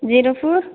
zero four